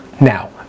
Now